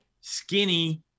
skinny